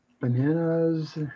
bananas